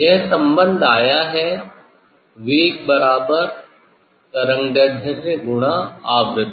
यह संबंध आया है वेग बराबर तरंगदैर्ध्य गुणा आवृत्ति